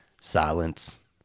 silence